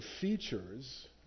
features